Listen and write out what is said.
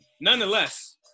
Nonetheless